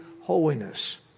holiness